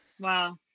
Wow